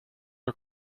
her